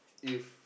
if